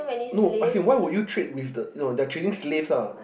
no as in why would you trade with the no they are trading slaves ah